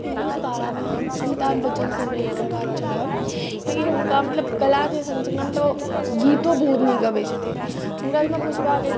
फिल्मी सितारामे हम अमिताभ बच्चनसँ भेँट करबाक चाहब कियाकी हुनका मतलब कलाके सङ्ग सङ्ग मतलब ओ गीतो बहुत नीक गबैत छथिन हुनकासँ हमरा पुछबाक अइ